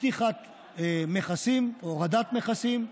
פתיחת מכסים, הורדת מכסים,